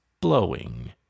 blowing